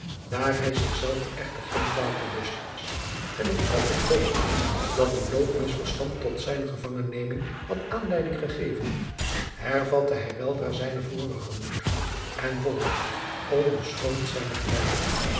daar hij zichzelven echter geen kwaad bewust was en nog altijd hoopte dat een bloot misverstand tot zijne gevangenneming had aanleiding gegeven hervatte hij weldra zijnen vorigen moed en volgde onbeschroomd zijnen geleider